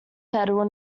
federal